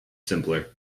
simpler